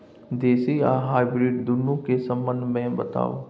देसी आ हाइब्रिड दुनू के संबंध मे बताऊ?